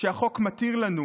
שהחוק מתיר לנו,